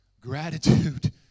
gratitude